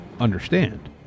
Understand